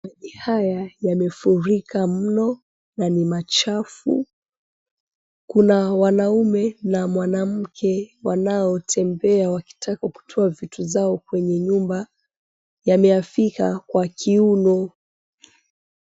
Maji haya yamefurika mno na ni machafu kuna mwanamume na mwanamuke wanaotembea wakitaka kutoa vitu zao kwenye nyumba yamewafika kwa kiuno.